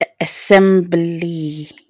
assembly